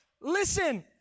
listen